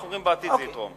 אנחנו אומרים שבעתיד זה יתרום.